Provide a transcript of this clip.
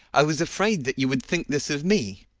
i was afraid that you would think this of me.